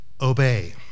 obey